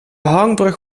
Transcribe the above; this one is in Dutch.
hangbrug